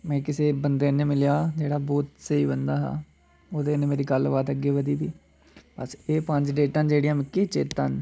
में किसे बंदे कन्नै मिलेआ हा जेह्ड़ा बोह्त स्हेई बंदा हा ओह्दे कन्नै मेरी गल्लबात अग्गें बधी दी बस एह् पंज डेटां जेह्ड़ियां मिगी चेता न